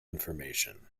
information